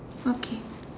okay